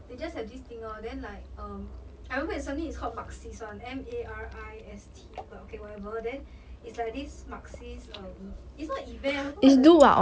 they just have this thing lor then like um I remember it's something is called marxist [one] M A R I S T but okay whatever then is like this marxist uh e~ is not event is